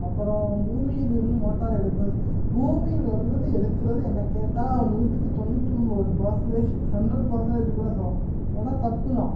அப்புறம் பூமியிலிருந்து மோட்டார் எடுப்பது பூமியில இருந்தது எடுக்கிறது என்னை கேட்டால் நூற்றுக்கு தொண்ணூத்தொம்பது பர்ஸண்டேஜ் ஹண்ட்ரட் பர்ஸண்டேஜ் கூட சொல்லலாம் ஏன்னா தப்புதான்